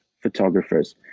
photographers